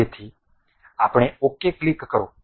તેથી પછી ok click કરો